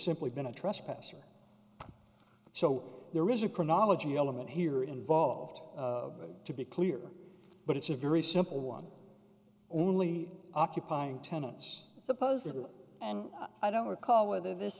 simply been a trespasser so there is a chronology element here involved to be clear but it's a very simple one only occupying tenants supposedly and i don't recall whether this